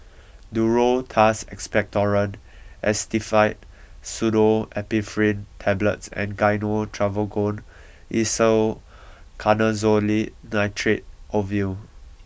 Duro Tuss Expectorant Actifed Pseudoephedrine Tablets and Gyno Travogen Isoconazole Nitrate Ovule